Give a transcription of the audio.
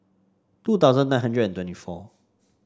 two thousand nine hundred twenty four